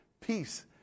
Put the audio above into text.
peace